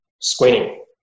screening